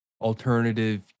alternative